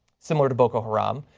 similar to boko haram